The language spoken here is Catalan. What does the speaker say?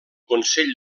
consell